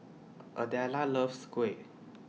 Adela loves Kuih